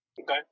Okay